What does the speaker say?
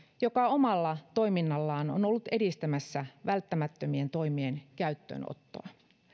joka omalla toiminnallaan on ollut edistämässä välttämättömien toimien käyttöönottoa